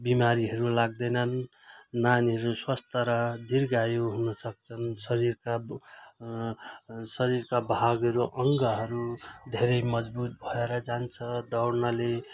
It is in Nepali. बिमारीहरू लाग्दैनन् नानीहरू स्वास्थ्य र दीर्घायु हुन सक्छन् शरीरका ब शरीरका भागहरू अङ्गहरू धेरै मजबुत भएर जान्छ दौडनाले